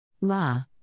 La